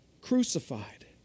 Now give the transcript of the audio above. crucified